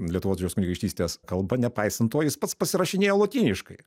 lietuvos didžiosios kunigaikštystės kalba nepaisant to jis pats pasirašinėjo lotyniškai